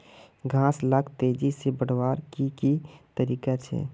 घास लाक तेजी से बढ़वार की की तरीका छे?